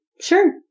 Sure